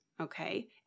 okay